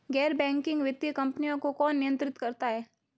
गैर बैंकिंग वित्तीय कंपनियों को कौन नियंत्रित करता है?